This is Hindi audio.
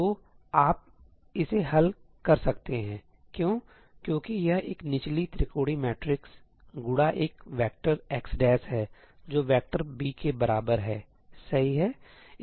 तो आप इसे हल कर सकते हैं क्यों क्योंकि यह एक निचली त्रिकोणीय मैट्रिक्स गुड़ा एक वेक्टर x है जो वेक्टर 'b के बराबर है सही है